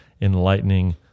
enlightening